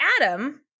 Adam